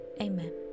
Amen